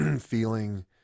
feeling